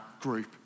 group